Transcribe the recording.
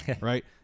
Right